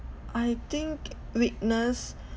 I think witness